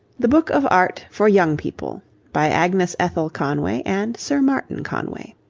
the book of art for young people by agnes ethel conway and sir martin conway